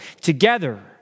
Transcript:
together